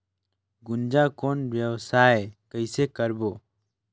गुनजा कौन व्यवसाय कइसे करबो?